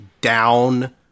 down